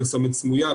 פרסומת סמויה,